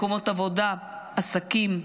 מקומות עבודה, עסקים.